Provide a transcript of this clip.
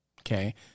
Okay